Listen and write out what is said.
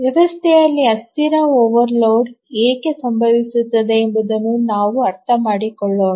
ವ್ಯವಸ್ಥೆಯಲ್ಲಿ ಅಸ್ಥಿರ ಓವರ್ಲೋಡ್ ಏಕೆ ಸಂಭವಿಸುತ್ತದೆ ಎಂಬುದನ್ನು ನಾವು ಅರ್ಥಮಾಡಿಕೊಳ್ಳೋಣ